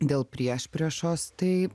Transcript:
dėl priešpriešos tai